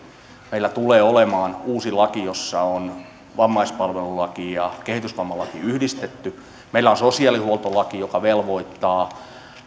meillä tulee olemaan uusi laki jossa on vammaispalvelulaki ja kehitysvammalaki yhdistetty meillä on sosiaalihuoltolaki joka velvoittaa